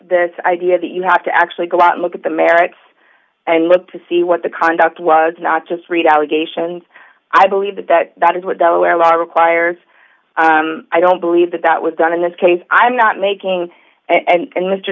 the idea that you have to actually go out look at the merits and look to see what the conduct was not just read allegations i believe that that is what delaware law requires i don't believe that that was done in this case i'm not making and